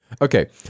Okay